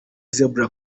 zebra